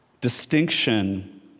Distinction